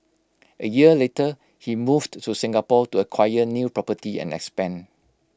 A year later he moved to Singapore to acquire new property and expand